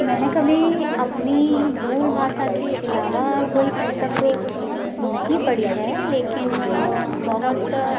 मैंने कभी अपनी मूल भाषा के अलावा कोई पुस्तक तो नहीं पढ़ी है लेकिन अ बहुत